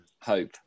hope